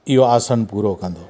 इहो आसन पूरो कंदो